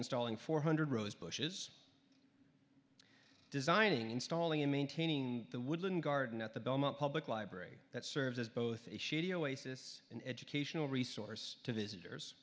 installing four hundred rosebushes designing installing in maintaining the woodland garden at the belmont public library that serves as both cases an educational resource to visitors